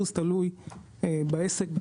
כתלות בעסק.